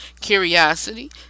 curiosity